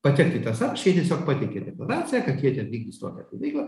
patekti į tą sąrašą tiesiog pateikia deklaraciją kad jie ten vykdys tokią tai veiklą